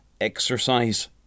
exercise